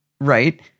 right